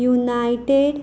united